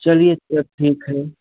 चलिए तब ठीक है